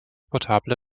portable